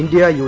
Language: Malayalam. India U